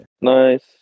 Nice